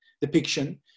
depiction